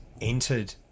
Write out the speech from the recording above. entered